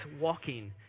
walking